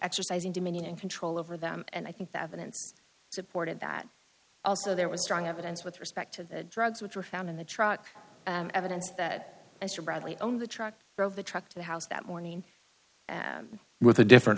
exercising dominion and control over them and i think the evidence supported that also there was strong evidence with respect to the drugs which were found in the truck evidence that mr bradley own the truck drove the truck to the house that morning with a different